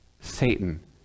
Satan